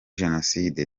jenoside